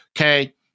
okay